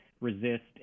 resist